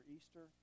Easter